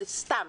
זה סתם,